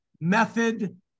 method